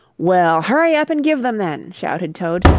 well, hurry up and give them, then! shouted toad.